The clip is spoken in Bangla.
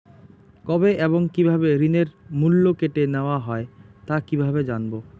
কবে এবং কিভাবে ঋণের মূল্য কেটে নেওয়া হয় তা কিভাবে জানবো?